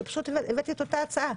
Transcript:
הבאתי אותה הצעה.